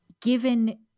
given